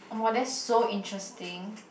(wah) that's so interesting